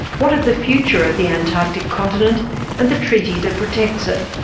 what of the future of the antarctic continent and the treaty that protects it?